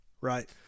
right